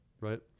Right